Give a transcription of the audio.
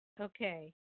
Okay